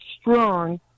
strong